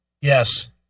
Yes